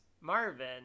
Marvin